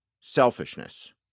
selfishness